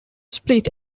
split